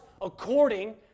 according